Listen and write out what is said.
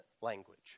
language